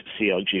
CLG